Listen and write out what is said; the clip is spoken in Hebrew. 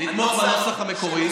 לתמוך בנוסח המקורי,